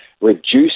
reduce